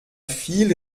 viel